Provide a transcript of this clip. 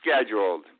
scheduled